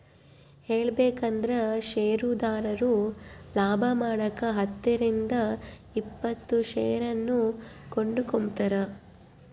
ಹೇಳಬೇಕಂದ್ರ ಷೇರುದಾರರು ಲಾಭಮಾಡಕ ಹತ್ತರಿಂದ ಇಪ್ಪತ್ತು ಷೇರನ್ನು ಕೊಂಡುಕೊಂಬ್ತಾರ